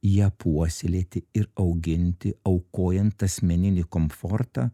ją puoselėti ir auginti aukojant asmeninį komfortą